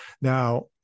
Now